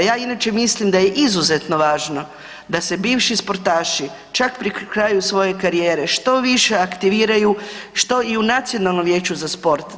Ja inače mislim da je izuzetno važno da se bivši sportaši čak pri kraju svoje karijere što više aktiviraju i u Nacionalno vijeće za sport.